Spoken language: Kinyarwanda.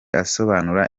asobanura